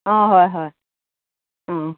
অঁ হয় হয় অঁ